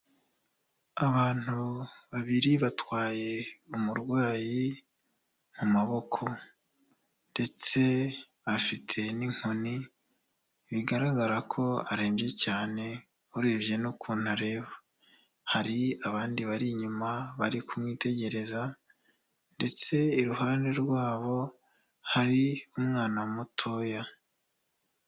Abantu babiri batwaye umurwayi mu maboko ndetse afite n'inkoni, bigaragara ko arembye cyane urebye n'ukuntu areba, hari abandi bari inyuma bari kumwitegereza ndetse iruhande rwabo hari umwana mutoya.